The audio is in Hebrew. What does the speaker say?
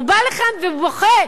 הוא בא לכאן ובוכה.